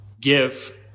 give